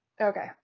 okay